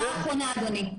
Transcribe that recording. הערה אחרונה, אדוני.